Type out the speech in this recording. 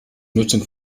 nutzung